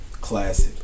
classic